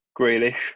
Grealish